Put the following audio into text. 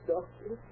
Doctor